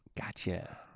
Gotcha